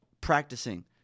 practicing